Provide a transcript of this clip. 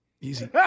easy